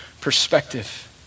perspective